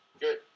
Good